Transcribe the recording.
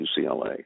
UCLA